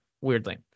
weirdly